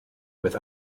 with